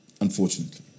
unfortunately